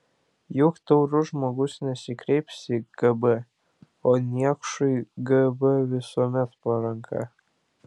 juk taurus žmogus nesikreips į gb o niekšui gb visuomet po ranka